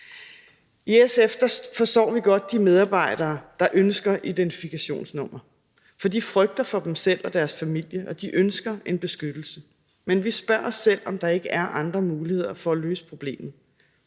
I SF forstår vi godt de medarbejdere, der ønsker identifikationsnummer, for de frygter for sig selv og deres familier, og de ønsker en beskyttelse. Men vi spørger os selv, om der ikke er andre muligheder for at løse problemet.